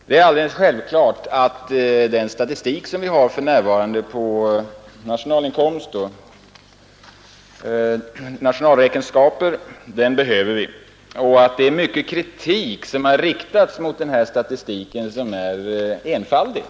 Att vi behöver den statistik vi för närvarande har när det gäller nationalinkomst och nationalräkenskaper är alldeles klart, och mycket av den kritik som riktats mot den statistiken är enfaldig.